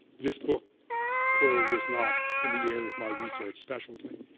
this book clearly is not in the area of my research specialty.